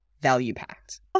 value-packed